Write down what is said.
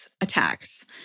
attacks